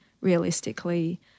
realistically